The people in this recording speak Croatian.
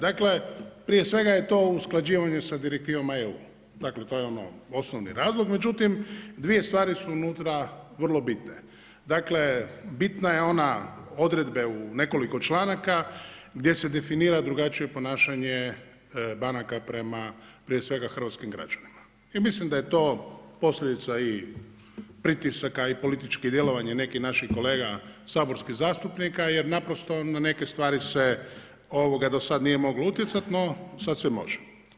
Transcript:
Dakle prije svega je to usklađivanje sa direktivama EU to je osnovni razlog, međutim dvije stvari su unutra vrlo bitne, dakle bitno je ono odredbe u nekoliko članaka gdje se definira drugačije ponašanje banaka prema prije svega hrvatskim građanima i mislim da je to posljedica i pritisaka i političkih djelovanja nekih naših kolega saborskih zastupnika jer na neke stvari se do sada nije moglo utjecat, no sada se može.